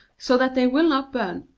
so that they will not burn.